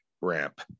ramp